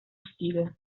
stile